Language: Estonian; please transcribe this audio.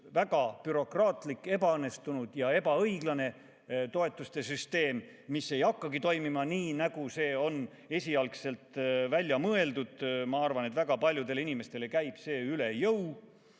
väga bürokraatlik, ebaõnnestunud ja ebaõiglane toetuste süsteem, mis ei hakkagi toimima nii, nagu on mõeldud. Ma arvan, et väga paljudele inimestele käib see üle jõu.